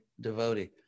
devotee